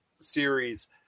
series